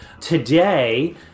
Today